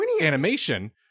animation